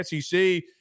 SEC –